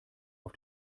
auf